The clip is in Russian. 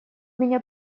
меня